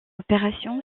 opération